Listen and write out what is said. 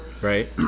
Right